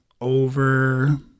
over